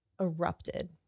erupted